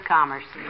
Commerce